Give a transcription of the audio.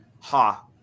ha